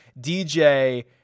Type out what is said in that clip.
DJ